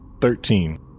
Thirteen